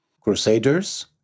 Crusaders